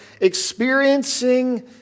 experiencing